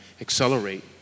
accelerate